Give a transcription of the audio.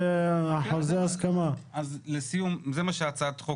אומרים להם שהם